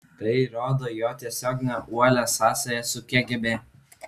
tai įrodo jo tiesioginę uolią sąsają su kgb